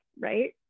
right